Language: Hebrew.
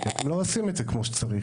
שלכם, אתם לא עושים את זה כמו שצריך.